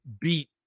beat